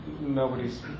nobody's